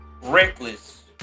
reckless